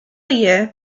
year